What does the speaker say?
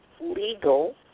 legal